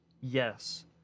yes